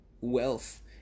wealth